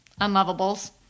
unlovables